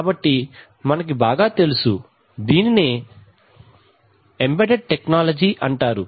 కాబట్టి మనకు బాగా తెలుసు దీనినే ఎంబెడెడ్ టెక్నాలజీ అంటారు